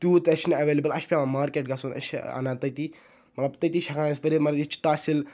تیوٗتاہ چھنہٕ ایویلیبٕل اَسہِ چھُ پیٚوان مارکٹ گَژھُن أسۍ چھِ اَنان تٔتی مَطلَب تٔتی چھِ ہیٚکان أسۍ پٔرِتھ مَگَر ییٚتہِ چھ تحصیٖل